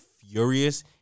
furious